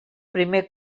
primer